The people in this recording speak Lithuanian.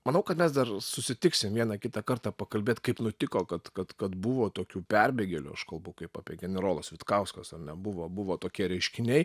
manau kad mes dar susitiksim vieną kitą kartą pakalbėt kaip nutiko kad kad kad buvo tokių perbėgėlių aš kalbu kaip apie generolas vitkauskas ar ne buvo buvo tokie reiškiniai